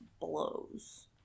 blows